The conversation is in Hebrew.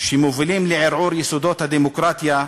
שמובילים לערעור יסודות הדמוקרטיה,